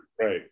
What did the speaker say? Right